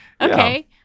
Okay